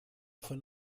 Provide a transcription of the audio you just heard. von